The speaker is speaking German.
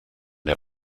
der